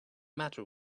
matter